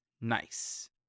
nice